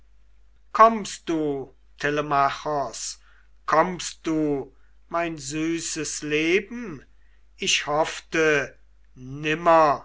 kommst du telemachos kommst du mein süßes leben ich hoffte